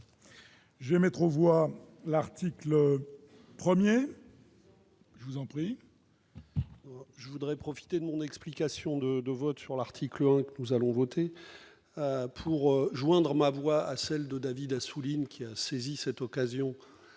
Je vous en prie. Je voudrais profiter de mon explication de de vote sur l'article nous allons voter pour joindre ma voix à celle de David Assouline qui a saisi cette occasion